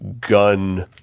gun